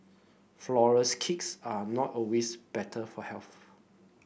flourless cakes are not always better for health